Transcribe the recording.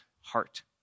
heart